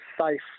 safe